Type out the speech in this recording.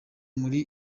muri